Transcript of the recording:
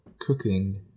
cooking